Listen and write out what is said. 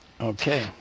Okay